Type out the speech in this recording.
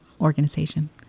organization